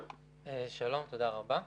שלום, תודה רבה.